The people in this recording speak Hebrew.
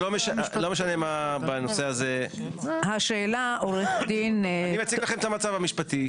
אני מציג לכם את המצב המשפטי.